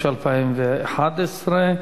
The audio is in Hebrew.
התשע"א 2011,